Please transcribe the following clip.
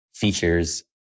features